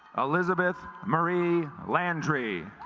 elizabeth murray landry